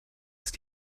ist